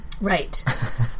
Right